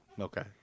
Okay